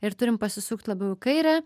ir turim pasisukt labiau į kairę